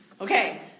okay